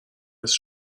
مثل